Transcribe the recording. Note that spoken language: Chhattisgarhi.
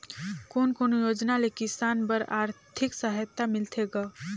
कोन कोन योजना ले किसान बर आरथिक सहायता मिलथे ग?